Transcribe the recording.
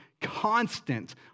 constant